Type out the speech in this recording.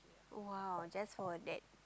!wow! just for that